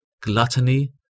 gluttony